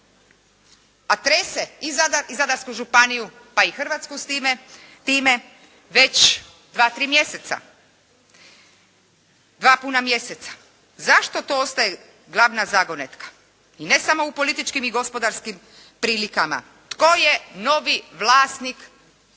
i Zadar i Zadarsku županiju pa i Hrvatsku s time, već 2, 3 mjeseca. 2 puna mjeseca. Zašto to ostaje glavna zagonetka i ne samo u političkim i gospodarskim prilikama, tko je novi vlasnik luke?